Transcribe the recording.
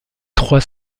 trois